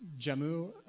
Jammu